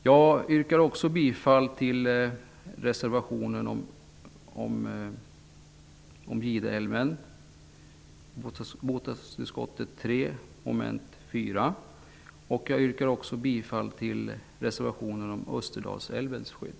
Jag yrkar även bifall till reservation 2 om Jag yrkar även bifall till reservation 3 om skydd för Österdalälven.